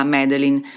Madeline